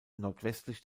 nordwestlich